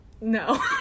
no